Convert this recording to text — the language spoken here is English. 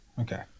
okay